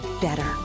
better